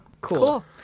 Cool